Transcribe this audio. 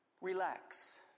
relax